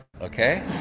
okay